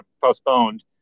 postponed